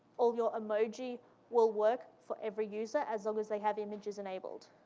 all your emoji will work for every user, as long as they have images enabled,